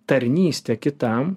tarnystę kitam